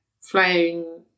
flying